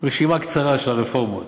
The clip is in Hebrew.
רשימה קצרה של הרפורמות: